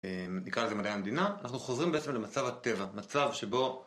נקרא לזה מדעי המדינה. אנחנו חוזרים בעצם למצב הטבע, מצב שבו...